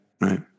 Right